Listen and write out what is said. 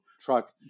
truck